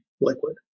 liquid